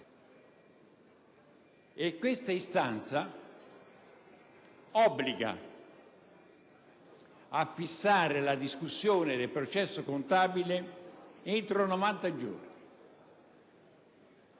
un'istanza che obbliga a fissare la discussione del processo contabile entro 90 giorni.